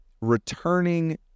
returning